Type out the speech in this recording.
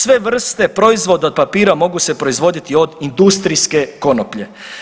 Sve vrste proizvoda od papira mogu se proizvoditi od industrijske konoplje.